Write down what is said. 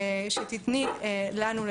שתיתני לנו,